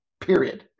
period